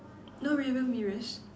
no rear view mirrors